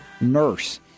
nurse